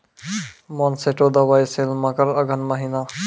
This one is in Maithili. मोनसेंटो दवाई सेल मकर अघन महीना,